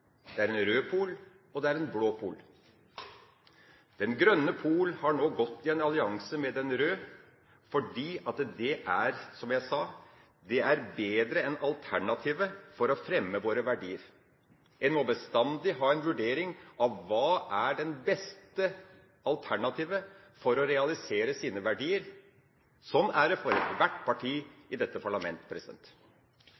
det er en rød pol og det er en blå pol. Den grønne pol har nå gått i en allianse med den røde, fordi det er, som jeg sa, bedre enn alternativet når det gjelder å fremme våre verdier. En må bestandig vurdere hva som er det beste alternativet for å realisere sine verdier. Sånn er det for ethvert parti